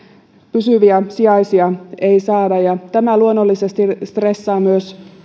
pysyviä sijaisia ei saada ja tämä luonnollisesti stressaa myös